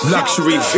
Luxury